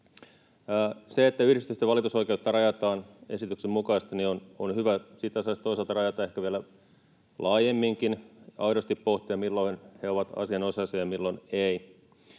Se, että yhdistysten valitusoikeutta rajataan esityksen mukaisesti, on hyvä. Sitä saisi toisaalta rajata ehkä vielä laajemminkin, aidosti pohtia, milloin he ovat asianosaisia ja milloin eivät.